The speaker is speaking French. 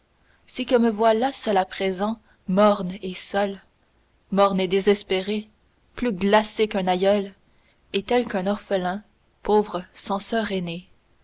si que me voilà seul à présent morne et seul morne et désespéré plus glacé qu'un aïeul et tel qu'un orphelin pauvre sans soeur aînée